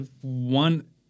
one